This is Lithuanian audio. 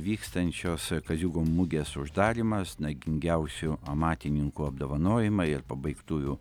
vykstančios kaziuko mugės uždarymas nagingiausių amatininkų apdovanojimai ir pabaigtuvių